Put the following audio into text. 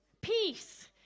peace